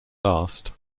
last